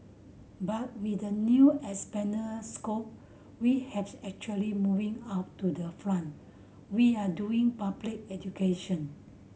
but with the new expanded scope we have actually moving out to the front we are doing public education